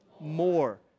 more